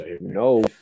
No